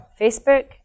Facebook